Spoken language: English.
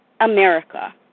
America